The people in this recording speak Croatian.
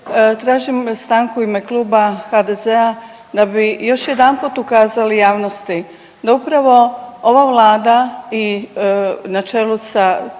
Tražim stanku u ime Kluba HDZ-a da bi još jedanput ukazali javnosti da upravo ova vlada i na čelu sa